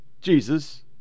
Jesus